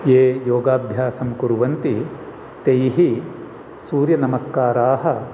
ये योगाभ्यासंं कुर्वन्ति तैः सूर्यनमस्काराः